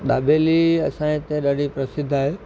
दाबेली असांजे हिते ॾाढी प्रसिध्द आहे